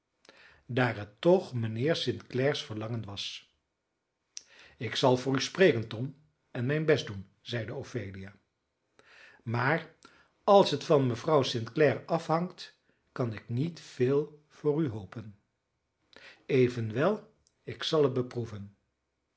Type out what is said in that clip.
daar het toch mijnheer st clare's verlangen was ik zal voor u spreken tom en mijn best doen zeide ophelia maar als het van mevrouw st clare afhangt kan ik niet veel voor u hopen evenwel ik zal het beproeven